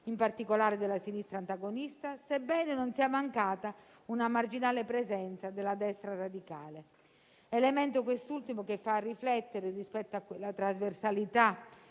in particolare della sinistra antagonista, sebbene non sia mancata una marginale presenza della destra radicale. Elemento, quest'ultimo, che fa riflettere rispetto a quella trasversalità